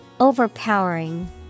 Overpowering